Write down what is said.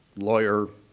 lawyer,